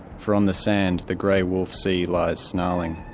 from the sand, the grey wolf sea lies snarling.